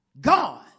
God